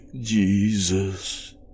Jesus